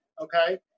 Okay